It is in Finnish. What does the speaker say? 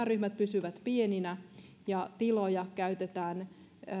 ryhmät pysyvät pieninä ja tiloja käytetään